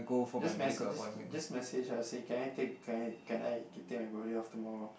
just mes~ just just message ah say can I take can I can I take my birthday off tomorrow